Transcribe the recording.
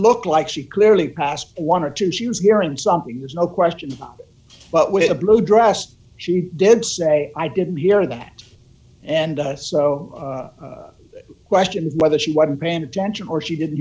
looked like she clearly passed one or two she was hearing something there's no question but we had a blue dress she did say d i didn't hear that and us so question whether she wasn't paying attention or she didn't